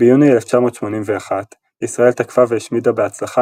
ביוני 1981 ישראל תקפה והשמידה בהצלחה